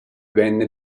venne